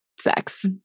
sex